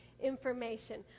information